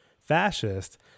fascist